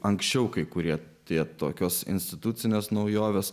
anksčiau kai kurie tie tokios institucines naujoves